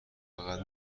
فقط